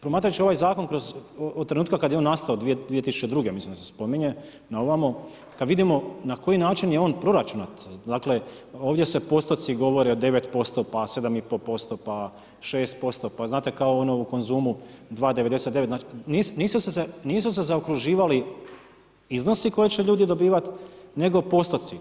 Promatrajući ovaj zakon od trenutka kad je on nastao 2002. mislim da se spominje naovamo, kad vidimo na koji način je on proračunat, dakle ovdje se postoci govore od 9% pa 7.5% pa 6% pa znate kao u Konzumu 2.99, nisu se zaokruživali iznosi koje će ljudi dobivat, nego postotci.